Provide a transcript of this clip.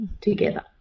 together